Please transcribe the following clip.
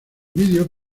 video